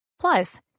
Plus